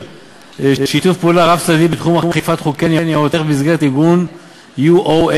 שיתוף פעולה רב-צדדי בתחום אכיפת חוקי ניירות ערך במסגרת ארגון IOSCO,